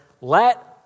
let